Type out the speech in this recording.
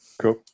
Cool